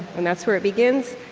and that's where it begins.